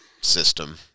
system